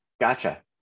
gotcha